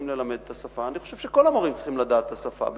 צריכים ללמד את השפה: אני חושב שכל המורים צריכים לדעת את השפה,